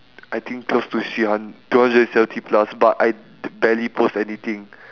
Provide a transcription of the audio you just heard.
I think close to three hun~ two hundred and seventy plus but I t~ barely post anything